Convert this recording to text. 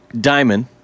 diamond